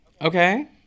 Okay